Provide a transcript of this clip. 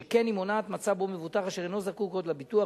שכן היא מונעת מצב שבו מבוטח אשר אינו זקוק עוד לביטוח,